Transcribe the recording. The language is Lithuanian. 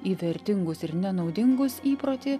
į vertingus ir nenaudingus įprotį